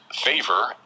favor